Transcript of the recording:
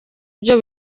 ibyo